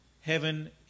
Heaven